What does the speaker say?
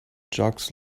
jocks